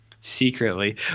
Secretly